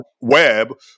web